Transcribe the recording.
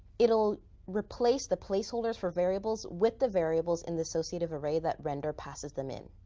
it'll replace the placeholders for variables with the variables in the associative array that render passes them in.